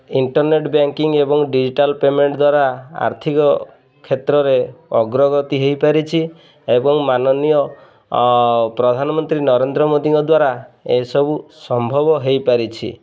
internet banking ଏବଂ digital payment ଦ୍ୱାରା ଆର୍ଥିକ କ୍ଷେତ୍ରରେ ଅଗ୍ରଗତି ହେଇ ପାରିଛି ଏବଂ ମାନନୀୟ ପ୍ରଧାନମନ୍ତ୍ରୀ ନରେନ୍ଦ୍ର ମୋଦିଙ୍କ ଦ୍ୱାରା ଏସବୁ ସମ୍ଭବ ହେଇ ପାରିଛି